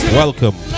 welcome